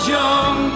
young